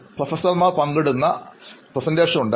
പ്രൊഫസർമാർ പങ്കിടുന്ന അവതരണങ്ങൾ ഉണ്ട്